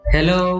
Hello